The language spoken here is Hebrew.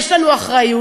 יש לנו אחריות,